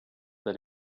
that